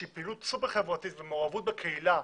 שהיא פעילות סופר חברתית, ובמעורבות בקהילה,